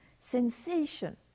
sensation